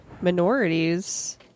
minorities